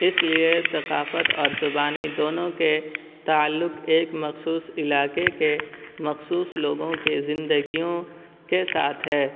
اس لیے ثقافت اور زبانی دونوں کے تعلق ایک مخصوص علاقے کے مخصوص لوگوں کے زندگیوں کے ساتھ ہے